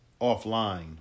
offline